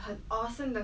oh where